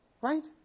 Right